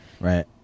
right